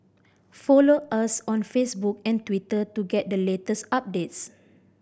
follow us on Facebook and Twitter to get the latest updates